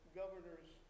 governor's